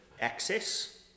access